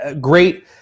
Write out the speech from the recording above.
Great